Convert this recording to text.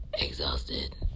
exhausted